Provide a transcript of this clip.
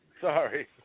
Sorry